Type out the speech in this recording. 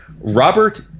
Robert